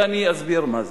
ואני אסביר מה זה.